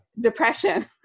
Depression